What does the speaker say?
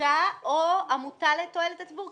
עמותה או עמותה לתועלת הציבור?